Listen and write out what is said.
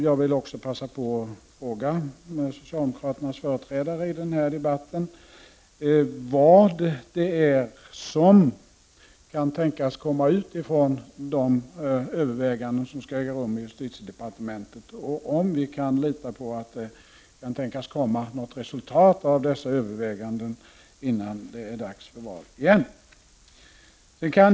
Jag vill också passa på att fråga socialdemokraternas företrädare i denna debatt vad som kan tänkas komma ut ifrån de överväganden som skall äga rum i justitiedepartementet och om vi kan lita på att det kan tänkas komma något resultat av dessa överväganden innan det är dags igen för val.